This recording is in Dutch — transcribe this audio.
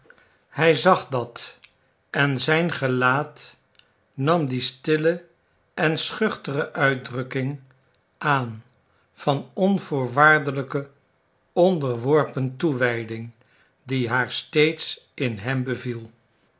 hij zag dat en zijn gelaat nam die stille en schuchtere uitdrukking aan van onvoorwaardelijke onderworpen toewijding die haar steeds in hem beviel